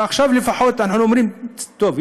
ועכשיו לפחות אנחנו אומרים: טוב,